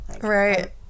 Right